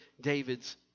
David's